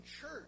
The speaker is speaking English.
church